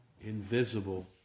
Invisible